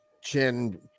chin